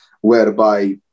whereby